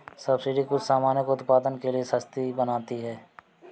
subsidy कुछ सामानों को उत्पादन के लिए सस्ती बनाती है